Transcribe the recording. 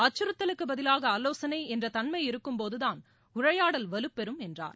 அச்கறுத்தலுக்கு பதிவாக ஆலோசனை என்ற தன்மை இருக்கும் போதுதான் உரையாடல் வலுப்பெறும் என்றார்